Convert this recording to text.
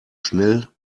schnell